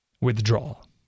withdrawal